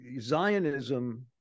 Zionism